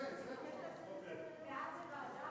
מליאה וועדה?